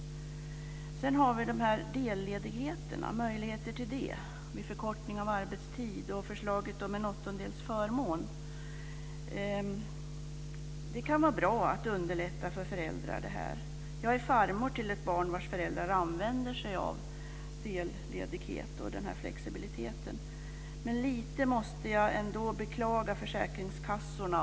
Vidare till frågan om möjligheten till delledighet vid förkortning av arbetstid och förslaget om en åttondelsförmån. Det kan vara bra att underlätta för föräldrar. Jag är farmor till ett barn vars föräldrar använder sig av delledigheten och flexibiliteten. Men lite måste jag ända beklaga med tanke på försäkringskassorna.